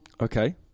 Okay